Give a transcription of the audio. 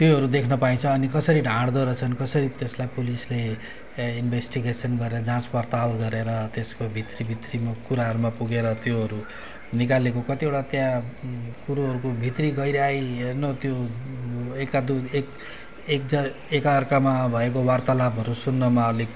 त्योहरू देख्न पाइन्छ अनि कसरी ढाँट्दोरहेछन् कसरी त्यसलाई पुलिसले ए इन्भेस्टिगेसन गरेर जाँचपडताल गरेर त्यसको भित्री भित्रीमा कुराहरूमा पुगेर त्योहरू निकालेको कतिवटा त्यहाँ कुरोहरूको भित्री गहिराइ हेर्नु त्यो एकादुई एक एकजा एकाअर्कामा भएको वार्तालापहरू सुन्नमा अलिक